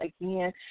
Again